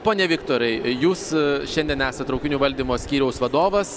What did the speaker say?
pone viktorai jūs šiandien esat traukinių valdymo skyriaus vadovas